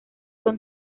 son